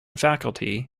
faculty